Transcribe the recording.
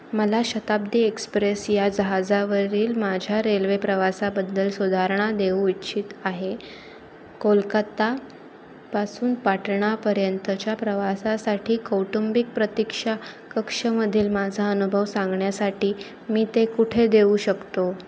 मला शताब्दी एक्सप्रेस या जहाजावरील माझ्या रेल्वे प्रवासाबद्धल सुधारणा देऊ इच्छित आहे कोलकात्ता पासून पाटणापर्यंतच्या प्रवासासाठी कौटुंबिक प्रतिक्षा कक्षामधील माझा अनुभव सांगण्यासाठी मी ते कुठे देऊ शकतो